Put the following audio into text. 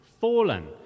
Fallen